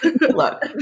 Look